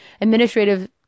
administrative